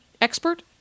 expert